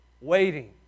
Waiting